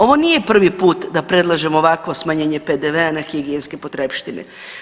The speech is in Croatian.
Ovo nije prvi put da predlažem ovakvo smanjenje PDV-a na higijenske potrepštine.